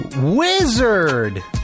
Wizard